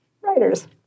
Writers